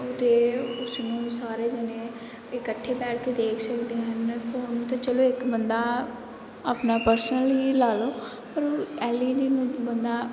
ਅਤੇ ਉਸ ਨੂੰ ਸਾਰੇ ਜਣੇ ਇਕੱਠੇ ਬੈਠ ਕੇ ਦੇਖ ਸਕਦੇ ਹਨ ਫ਼ੋਨ ਤਾਂ ਚਲੋ ਇੱਕ ਬੰਦਾ ਆਪਣਾ ਪਰਸਨਲ ਹੀ ਲਾ ਲਓ ਪਰ ਉਹ ਐਲ ਈ ਡੀ ਨੂੰ ਬੰਦਾ